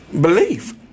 Belief